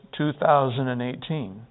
2018